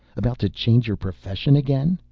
about to change your profession again?